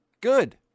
good